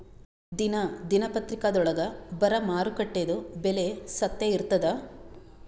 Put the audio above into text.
ದಿನಾ ದಿನಪತ್ರಿಕಾದೊಳಾಗ ಬರಾ ಮಾರುಕಟ್ಟೆದು ಬೆಲೆ ಸತ್ಯ ಇರ್ತಾದಾ?